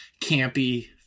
campy